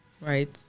right